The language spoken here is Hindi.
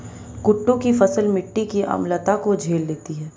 कुट्टू की फसल मिट्टी की अम्लता को झेल लेती है